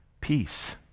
peace